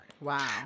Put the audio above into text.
Wow